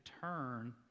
turn